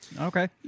Okay